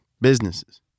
businesses